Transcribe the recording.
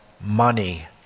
money